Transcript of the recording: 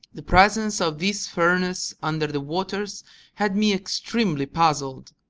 the presence of this furnace under the waters had me extremely puzzled.